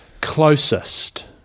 Closest